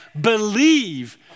believe